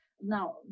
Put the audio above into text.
Now